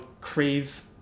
crave